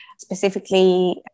Specifically